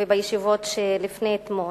ובישיבות שלפני אתמול,